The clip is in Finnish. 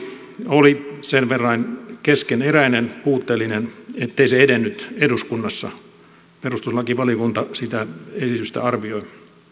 oli sen verran keskeneräinen puutteellinen ettei se edennyt eduskunnassa perustuslakivaliokunta sitä esitystä arvioi